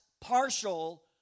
partial